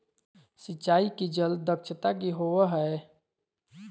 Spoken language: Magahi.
सिंचाई के जल दक्षता कि होवय हैय?